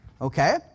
Okay